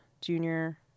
junior